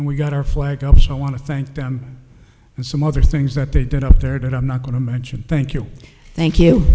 and we got our flag up so i want to thank them and some other things that they did up there that i'm not going to mention thank you thank you